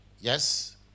Yes